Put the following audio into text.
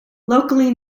locally